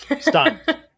stunned